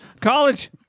college